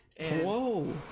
Whoa